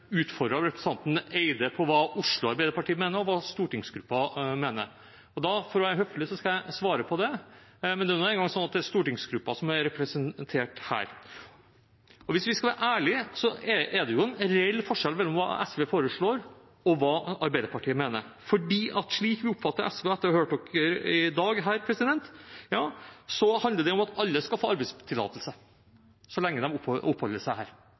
av representanten Eide på hva Oslo Arbeiderparti mener, og hva stortingsgruppen mener. For å være høflig skal jeg svare på det, men det er nå engang sånn at det er stortingsgruppen som er representert her. Hvis vi skal være ærlige, er det en reell forskjell mellom hva SV foreslår, og hva Arbeiderpartiet mener, for slik vi oppfatter SV, etter å ha hørt dem her i dag, handler det om at alle skal få arbeidstillatelse så lenge de oppholder seg her,